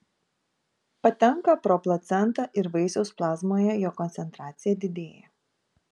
patenka pro placentą ir vaisiaus plazmoje jo koncentracija didėja